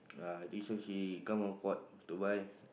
uh I think so she come of what to buy